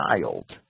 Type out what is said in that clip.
child